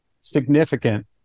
significant